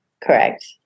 Correct